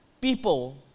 People